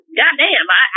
goddamn